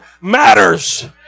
matters